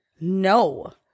no